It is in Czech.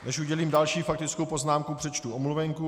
Než udělím další faktickou poznámku, přečtu omluvenku.